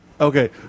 Okay